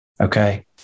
okay